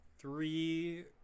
Three